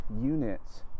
units